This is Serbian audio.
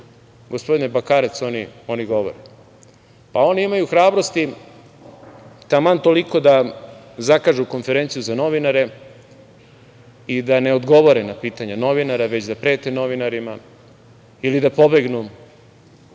gospodine Bakarec oni govore? Pa, oni imaju hrabrosti taman toliko da zakažu konferenciju za novinare i da ne odgovore na pitanja novinara, već da prete novinarima, ili da pobegnu